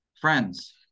friends